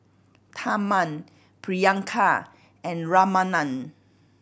Tharman Priyanka and Ramanand